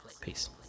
Peace